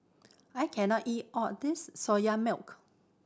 I can not eat all this Soya Milk